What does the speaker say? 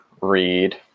read